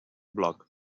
bloc